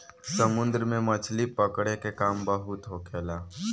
समुन्द्र में मछली पकड़े के काम बहुत होखेला